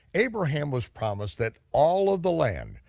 abraham was promised that all of the land,